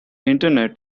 internet